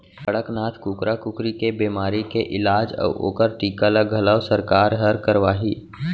कड़कनाथ कुकरा कुकरी के बेमारी के इलाज अउ ओकर टीका ल घलौ सरकार हर करवाही